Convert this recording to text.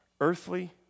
earthly